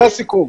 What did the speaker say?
זה הסיכום.